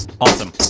awesome